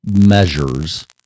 measures